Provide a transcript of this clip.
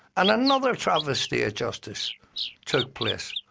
and another travesty of justice took place.